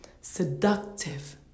seductive